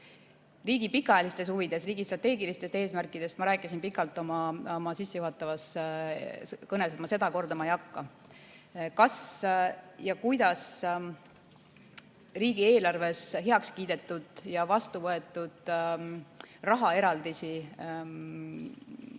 Riigi pikaajalistest huvidest, riigi strateegilistest eesmärkidest ma rääkisin pikalt oma sissejuhatavas kõnes ning ma seda kordama ei hakka. Kuidas riigieelarves heaks kiidetud ja vastu võetud rahaeraldisi välja